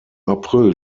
april